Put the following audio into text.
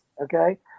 Okay